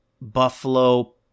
Buffalo